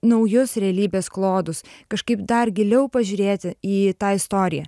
naujus realybės klodus kažkaip dar giliau pažiūrėti į tą istoriją